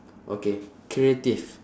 okay creative